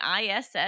ISS